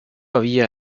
había